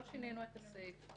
לא שינינו את הסעיף.